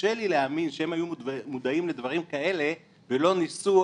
קשה לי להאמין שהם היו מודעים לדברים כאלה ולא ניסו,